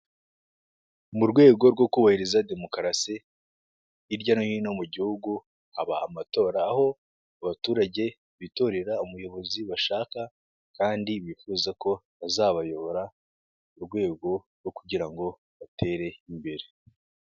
Mu rwego rwo kubahiriza demokarasi, hirya no hino mu gihugu habaha amatora, aho abaturage bitorera umuyobozi bashaka kandi bifuza ko bazabayobora urwego rwo kugira ngo batere imbere.